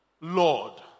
Lord